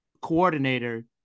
coordinator